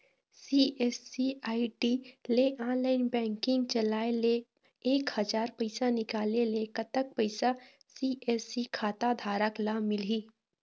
CSC ID ले online banking चलाए ले एक हजार पैसा निकाले ले कतक पैसा सी.एस.सी खाता धारक ला मिलही?